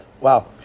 Wow